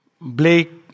Blake